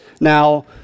Now